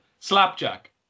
Slapjack